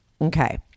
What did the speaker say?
Okay